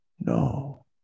No